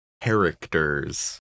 characters